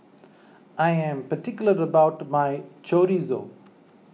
I am particular about my Chorizo